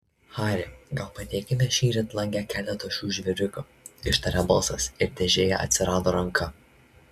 hari gal padėkime šįryt lange keletą šių žvėriukų ištarė balsas ir dėžėje atsirado ranka